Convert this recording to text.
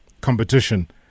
competition